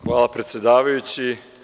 Hvala predsedavajući.